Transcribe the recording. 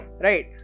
Right